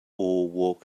walk